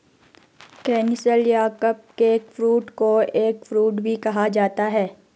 canistel या cupcake fruit को eggfruit भी कहा जाता है